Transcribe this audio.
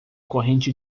corrente